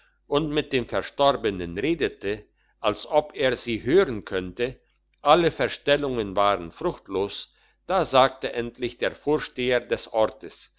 und mit dem verstorbenen redete als ob er sie hören könnte alle vorstellungen waren fruchtlos da sagte endlich der vorsteher des ortes